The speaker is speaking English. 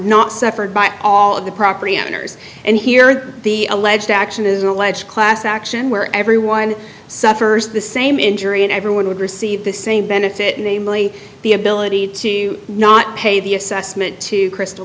not suffered by all of the property owners and hear the alleged action is alleged class action where everyone suffers the same injury and everyone would receive the same benefit namely the ability to not pay the assessment to crystal